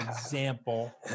example